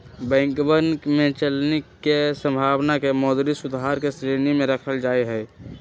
बैंकवन के चलानी के संभावना के मौद्रिक सुधार के श्रेणी में रखल जाहई